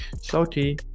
Salty